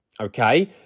okay